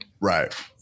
Right